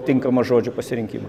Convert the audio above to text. tinkamo žodžio pasirinkimo